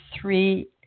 three